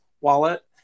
wallet